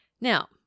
Now